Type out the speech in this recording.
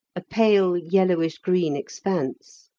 a pale yellowish green expanse.